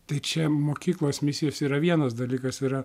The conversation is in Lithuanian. tai čia mokyklos misijos yra vienas dalykas yra